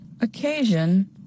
occasion